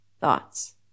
thoughts